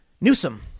Newsom